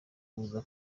kuza